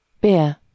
Beer